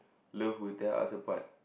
love will tear us apart